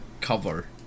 cover